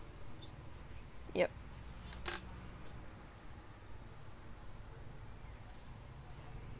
yup